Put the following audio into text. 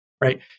right